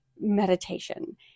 meditation